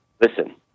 listen